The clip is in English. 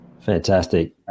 Fantastic